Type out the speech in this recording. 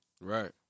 Right